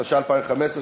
התשע"ה 2015,